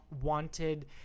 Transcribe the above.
wanted